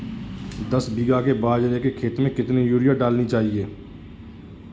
दस बीघा के बाजरे के खेत में कितनी यूरिया डालनी चाहिए?